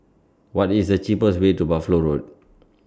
What IS The cheapest Way to Buffalo Road